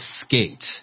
skate